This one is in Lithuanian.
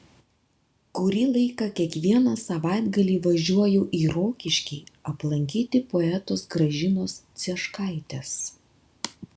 kurį laiką kiekvieną savaitgalį važiuoju į rokiškį aplankyti poetės gražinos cieškaitės